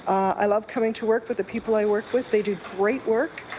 i love coming to work with the people i work with. they do great work.